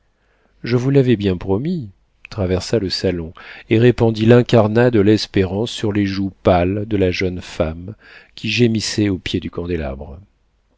je vous l'avais bien promis traversa le salon et répandit l'incarnat de l'espérance sur les joues pâles de la jeune femme qui gémissait au pied du candélabre